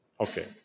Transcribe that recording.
Okay